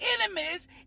enemies